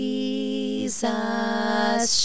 Jesus